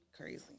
crazy